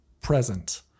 present